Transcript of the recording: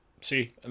See